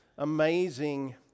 amazing